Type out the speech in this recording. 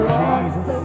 jesus